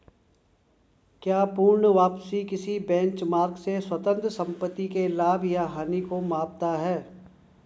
क्या पूर्ण वापसी किसी बेंचमार्क से स्वतंत्र संपत्ति के लाभ या हानि को मापता है?